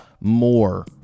more